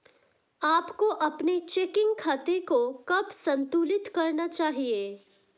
आपको अपने चेकिंग खाते को कब संतुलित करना चाहिए?